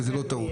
וזה לא טעות.